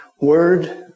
word